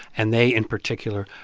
and they, in particular,